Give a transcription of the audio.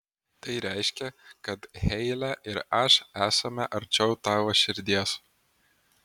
tai reiškia kad heile ir aš esame arčiau tavo širdies